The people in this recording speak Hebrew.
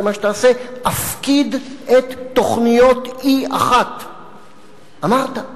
זה מה שתעשה: "אפקיד את תוכניות 1E". אמרת.